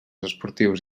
esportius